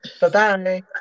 Bye-bye